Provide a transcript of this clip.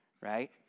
right